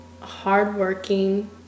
hardworking